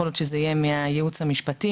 יכול להיות שזה יהיה מהייעוץ המשפטי,